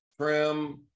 trim